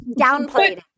downplayed